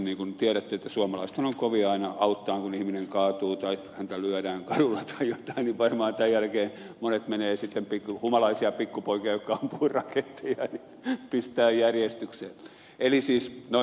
niin kuin tiedätte suomalaisethan ovat kovia aina auttamaan kun ihminen kaatuu tai häntä lyödään kadulla tai jotain niin että varmaan tämän jälkeen monet menevät pistämään järjestykseen humalaisia pikkupoikia jotka ampuvat raketteja